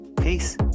Peace